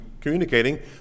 communicating